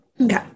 okay